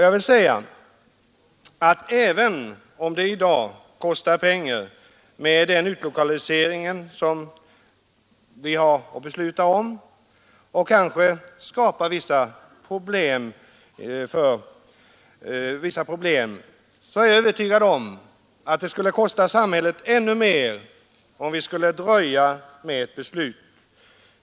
Jag vill säga att även om det i dag kostar pengar med den utlokalisering vi har att besluta om och även om den kanske skapar vissa problem, är jag övertygad om att det skulle kosta samhället ännu mer om vi skulle dröja med besluten.